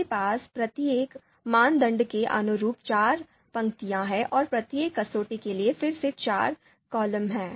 हमारे पास प्रत्येक मानदंड के अनुरूप चार पंक्तियाँ हैं और प्रत्येक कसौटी के लिए फिर से चार कॉलम हैं